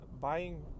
buying